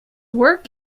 work